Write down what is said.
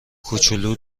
کوچولو